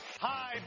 Hi